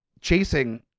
chasing